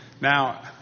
Now